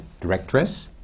directress